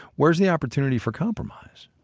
where's the opportunity for compromise?